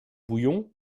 bouillon